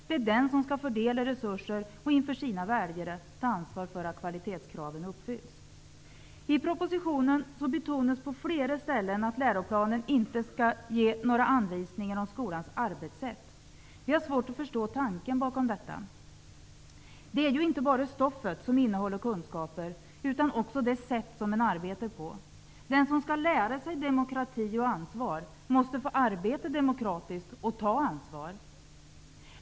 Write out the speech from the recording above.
Det är den som skall fördela resurser och inför sina väljare ta ansvar för att kvalitetskraven uppfylls. I propositionen betonas på flera ställen att läroplanen inte skall ge några anvisningar om skolans arbetssätt. Vi har svårt att förstå tanken bakom detta. Det är ju inte bara stoffet som innehåller kunskaper, utan också det sätt man arbetar på. Den som skall lära sig demokrati och ansvar måste få arbeta demokratiskt och ta ansvar.